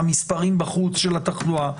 המספרים בחוץ של התחלואה,